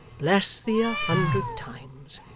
bless thee a hundred times!